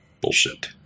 Bullshit